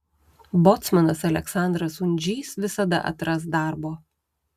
bocmanas aleksandras undžys visada atras darbo